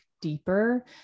deeper